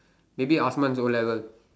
maybe Osman's O level